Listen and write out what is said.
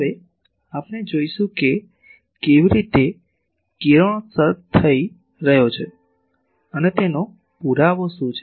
હવે આપણે જોઈશું કે કેવી રીતે કિરણોત્સર્ગ થઈ રહ્યો છે તેનો પુરાવો શું છે